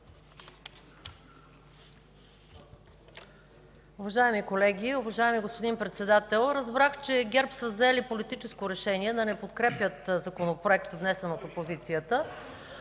Уважаеми колеги, уважаеми господин Председател! Разбрах, че ГЕРБ са взели политическо решение да не подкрепят законопроект, внесен от опозицията,